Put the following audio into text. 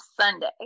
Sunday